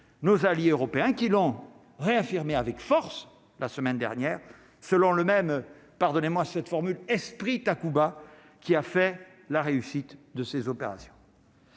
nos alliés européens qui l'ont réaffirmé avec force la semaine dernière, selon le même, pardonnez-moi cette formule esprit Takuba qui a fait la réussite de ces opérations.